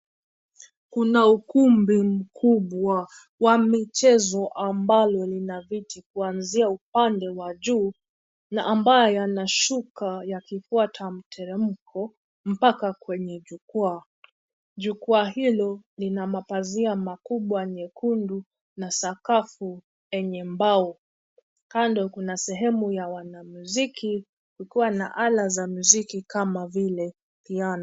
Kuna ukumbi mkubwa wa michezo ambalo lina viti kuanzia upande wa juu na ambayo yanashuka yakifuata mteremko mpaka kwenye jukwaa. Jukwa hilo lina mapazia makubwa nyekundu na sakafu enye mbao. Kando kuna sehemu ya wanamuziki ukiwa na ala za muziki kama vile piano.